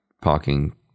parking